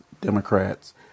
Democrats